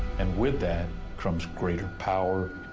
and with that comes greater power,